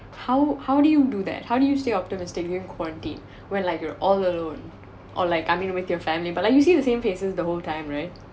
how how do you do that how do you stay optimistic during quanrantine when like you're all alone or like I mean with your family but like usually the same faces the whole time right